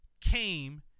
came